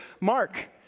Mark